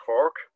Cork